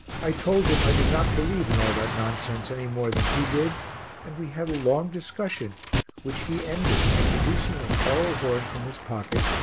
i told him i did not believe in all that nonsense any more than he did and we had a long discussion which he ended by producing a coral horn from his pocket,